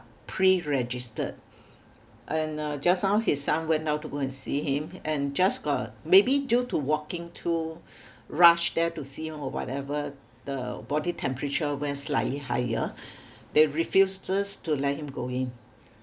pre-registered and uh just now his son went down to go and see him and just got maybe due to walking to rush there to see him or whatever the body temperature went slightly higher they refuse just to let him go in